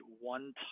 one